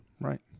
right